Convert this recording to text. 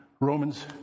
Romans